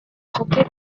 santé